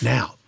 Now